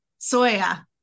Soya